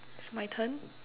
it's my turn